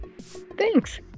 Thanks